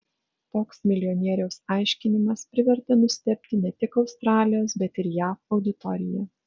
toks milijonieriaus aiškinimas privertė nustebti ne tik australijos bet ir jav auditoriją